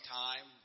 time